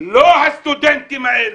לא הסטודנטים האלו.